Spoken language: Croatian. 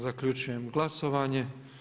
Zaključujem glasovanje.